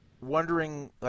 wondering